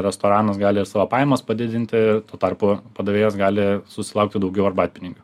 restoranas gali ir savo pajamas padidinti tuo tarpu padavėjas gali susilaukti daugiau arbatpinigių